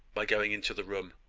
by going into the room.